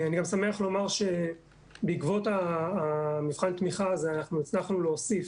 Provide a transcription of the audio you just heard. אני גם שמח לומר שבעקבות מבחן התמיכה הזה אנחנו הצלחנו להוסיף,